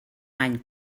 any